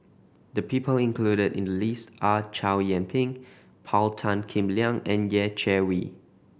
the people included in the list are Chow Yian Ping Paul Tan Kim Liang and Yeh Chi Wei